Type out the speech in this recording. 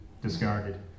discarded